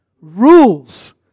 Rules